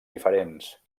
diferents